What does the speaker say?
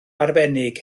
arbennig